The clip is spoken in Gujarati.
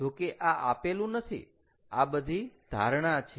જો કે આ આપેલું નથી આ બધી ધારણા છે